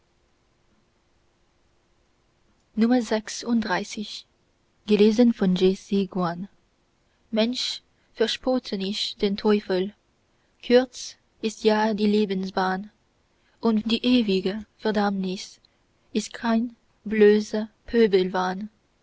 xxxvi mensch verspotte nicht den teufel kurz ist ja die lebensbahn und die ewige verdammnis ist kein bloßer pöbelwahn